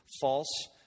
false